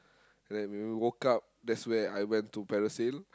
then we woke up that's where I went to parasail